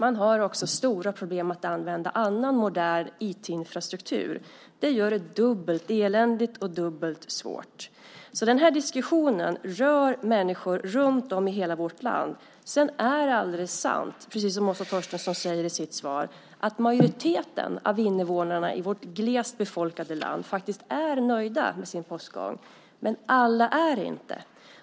De har också stora problem att använda annan modern IT-infrastruktur. Det gör det dubbelt eländigt och dubbelt svårt. Den här diskussionen rör alltså människor runtom i hela vårt land. Sedan är det alldeles sant, precis som Åsa Torstensson säger i sitt svar, att majoriteten av invånarna i vårt glest befolkade land faktiskt är nöjd med sin postgång. Men alla är det inte.